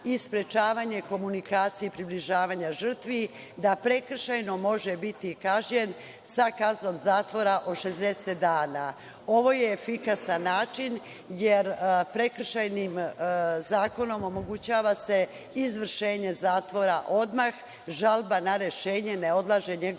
i sprečavanje komunikacije i približavanja žrtvi, da prekršajno može biti kažnjen sa kaznom zatvora od 60 dana. Ovo je efikasan način, jer Prekršajnim zakonom omogućava se izvršenje zatvora odmah, žalba na rešenje ne odlaže njegovo